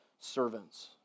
servants